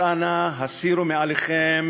אז אנא, הסירו מעליכם